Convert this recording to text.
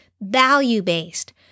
value-based